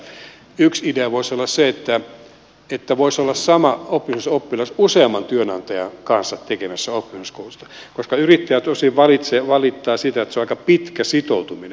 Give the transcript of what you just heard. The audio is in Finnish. ajattelen vain näinkin että yksi idea voisi olla se että voisi olla sama oppisopimusoppilas useamman työnantajan kanssa tekemässä oppisopimuskoulutusta koska yrittäjät usein valittavat sitä että se on aika pitkä sitoutuminen